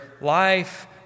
life